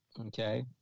Okay